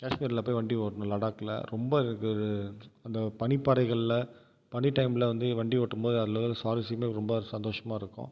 கேஷ்மீரில் போய் வண்டி ஓட்டணும் லடாக்கில் ரொம்ப ஒரு அந்த பனிப்பாறைகளில் பனி டைமில் வந்து வண்டி ஓட்டும்போது அதில் இருக்கிற சுவாரஸியமே ரொம்ப சந்தோஷமாக இருக்கும்